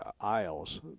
aisles